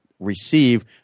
receive